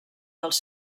dels